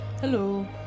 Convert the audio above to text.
Hello